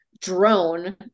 drone